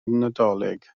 nadolig